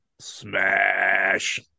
Smash